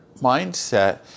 mindset